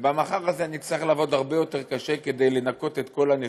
ובמחר הזה נצטרך לעבוד הרבה יותר קשה כדי לנקות את כל הנזקים,